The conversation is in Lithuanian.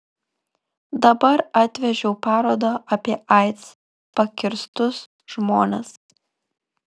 dabar atvežiau parodą apie aids pakirstus žmones